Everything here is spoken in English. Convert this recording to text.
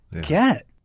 get